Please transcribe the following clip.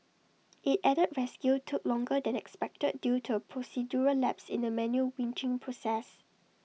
IT added rescue took longer than expected due to A procedural lapse in the manual winching process